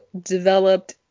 developed